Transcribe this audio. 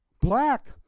black